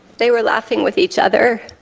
they were laughing with each other.